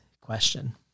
question